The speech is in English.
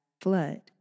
flood